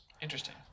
Interesting